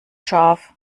scharf